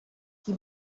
qui